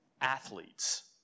athletes